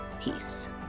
Peace